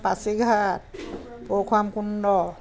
Pasighat Parshuram Kund